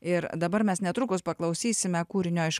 ir dabar mes netrukus paklausysime kūrinio iš